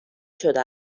شده